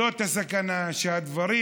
זאת הסכנה שהדברים